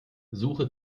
suche